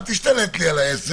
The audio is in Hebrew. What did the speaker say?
אל תשתלט לי על הישיבה,